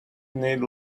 need